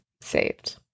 saved